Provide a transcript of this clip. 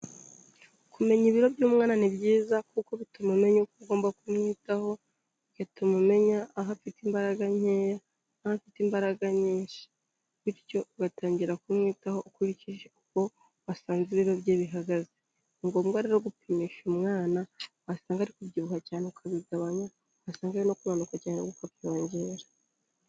Kumenya ibiro by'umwana ni byiza kuko bituma umenya uko ugomba kumwitaho, bigatuma umenya aho afite imbaraga nkeya n'aho afite imbaraga nyinshi, bityo ugatangira kumwitaho ukurikije uko wasanze ibiro bye bihagaze. Ni ngombwa rero gupimisha umwana, wasanga ari kubyibuha cyane ukabigabanya wasanga ari no kunanuka cyane nabwo ukabyoyongera.